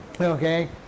Okay